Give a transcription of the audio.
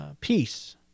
Peace